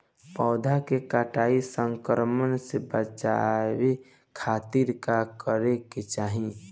पौधा के कीट संक्रमण से बचावे खातिर का करे के चाहीं?